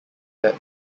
that